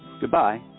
Goodbye